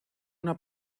una